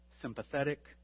sympathetic